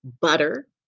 butter